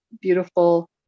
beautiful